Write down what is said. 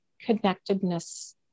connectedness